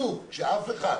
שאף אחד